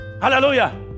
Hallelujah